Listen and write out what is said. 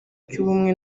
cy’ubumwe